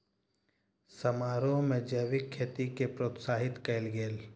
समारोह में जैविक खेती के प्रोत्साहित कयल गेल